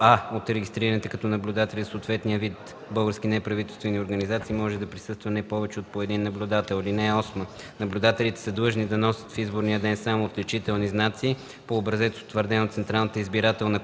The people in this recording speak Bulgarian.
от регистрираните като наблюдатели за съответния вид избор български неправителствени организации може да присъства не повече от по един наблюдател. (8) Наблюдателите са длъжни да носят в изборния ден само отличителни знаци по образец, утвърден от Централната избирателна комисия,